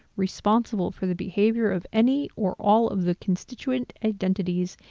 responsible for the behavior of any or all of the constituent identities,